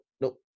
no